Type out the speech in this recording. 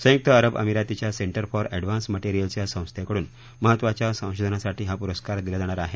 संयुक्त अरब अमिरातीच्या सेंटर फॉर अंडिहान्स मटेरियल्स या संस्थेकडून महत्त्वाच्या संशोधनासाठी हा पुरस्कार दिला जाणार आहे